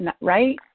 right